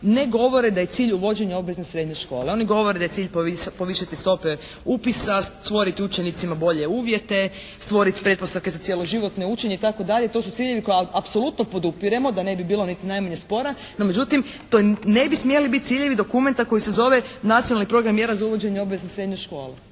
ne govore da je cilj uvođenje obvezne srednje škole. Oni govore da je cilj povisiti stope upisa, stvoriti učenicima bolje uvjete, stvorit pretpostavke za cjeloživotno učenje itd. To su ciljevi koje apsolutno podupiremo da ne bi bilo niti najmanje spora. No međutim, to ne bi smjeli biti ciljevi dokumenta koji se zove Nacionalni program mjera za uvođenje obvezne srednje škole.